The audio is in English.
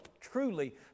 truly